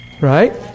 Right